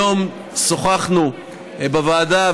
היום שוחחנו בוועדה,